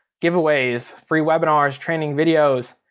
giveaways, free webinars, training videos.